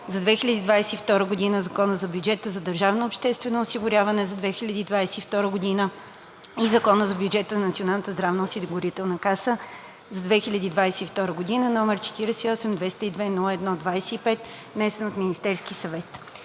за 2022 г., Закона за бюджета на държавното обществено осигуряване за 2022 г. и Закона за бюджета на Националната здравноосигурителна каса за 2022 г., № 48-202-01-25, внесен от Министерския съвет